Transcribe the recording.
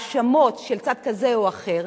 בהאשמות של צד כזה או אחר.